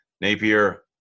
Napier